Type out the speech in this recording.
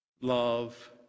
love